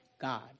God